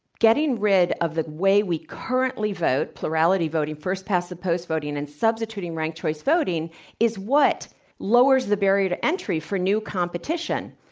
getting rid of the way we currently vote plurality voting first past the post voting and substituting ranked choice voting is what lowers the barrier to entry for new competition.